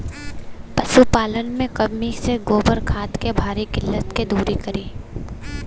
पशुपालन मे कमी से गोबर खाद के भारी किल्लत के दुरी करी?